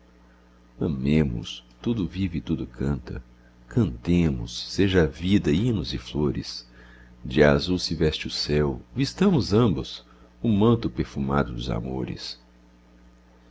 amemos tudo vive e tudo canta cantemos seja a vida hinos e flores de azul se veste o céu vistamos ambos o manto perfumado dos amores